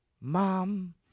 Mom